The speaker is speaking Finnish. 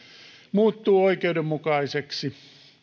muuttuu oikeudenmukaiseksi